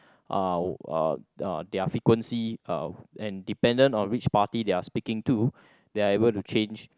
uh uh uh their frequency uh and dependent on which party they are speaking to they are able to change